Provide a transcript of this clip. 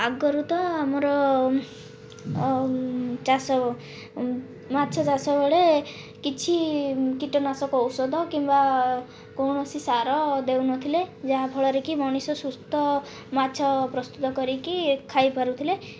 ଆଗରୁ ତ ଆମର ଚାଷ ମାଛ ଚାଷ ବେଳେ କିଛି କୀଟନାଶକ ଔଷଧ କିମ୍ବା କୌଣସି ସାର ଦେଉନଥିଲେ ଯାହାଫଳରେ କି ମଣିଷ ସୁସ୍ଥ ମାଛ ପ୍ରସ୍ତୁତ କରିକି ଖାଇପାରୁଥିଲେ